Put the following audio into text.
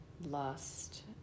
lust